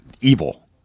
evil